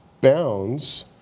bounds